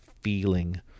feeling